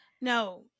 No